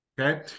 okay